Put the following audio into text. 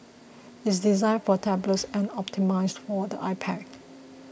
it is designed for tablets and optimised for the iPad